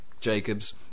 Jacobs